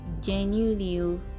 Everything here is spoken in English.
genuinely